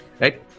right